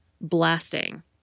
Blasting